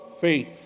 faith